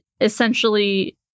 essentially